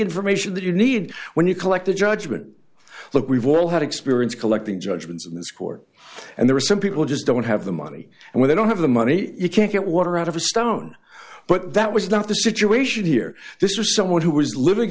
information that you need when you collect a judgment look we've all had experience collecting judgments in this court and there are some people just don't have the money and they don't have the money you can't get water out of a stone but that was not the situation here this was someone who was living